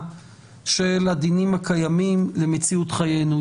של הדינים הקיימים למציאות חיינו.